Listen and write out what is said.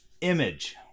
Image